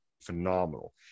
phenomenal